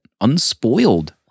Unspoiled